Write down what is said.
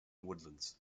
woodlands